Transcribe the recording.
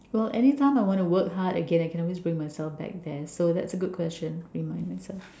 well anytime I want to work hard again I can always bring myself back there so that's a good question to remind myself